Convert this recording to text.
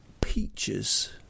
peaches